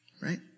Right